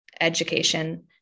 education